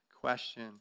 question